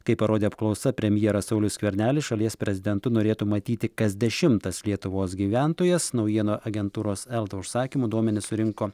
kaip parodė apklausa premjeras saulių skvernelį šalies prezidentu norėtų matyti kas dešimtas lietuvos gyventojas naujienų agentūros elta užsakymu duomenis surinko